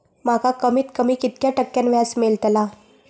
माका कमीत कमी कितक्या टक्क्यान व्याज मेलतला?